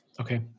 Okay